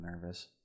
nervous